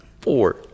Four